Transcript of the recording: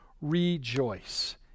rejoice